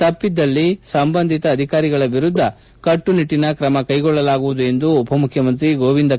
ತಪ್ಪಿದ್ದಲ್ಲಿ ಸಂಬಂಧಿತ ಅಧಿಕಾರಿಗಳ ವಿರುದ್ದ ಕಟ್ಟುನಿಟ್ಟನ ಕ್ರಮ ಕೈಗೊಳ್ಳಲಾಗುವುದು ಎಂದು ಉಪಮುಖ್ಖಮಂತ್ರಿ ಗೋವಿಂದ ಎಂ